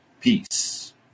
peace